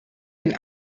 den